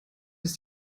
ist